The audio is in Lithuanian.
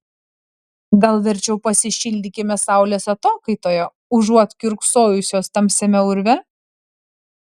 gal verčiau pasišildykime saulės atokaitoje užuot kiurksojusios tamsiame urve